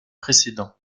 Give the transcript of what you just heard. précédents